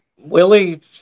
Willie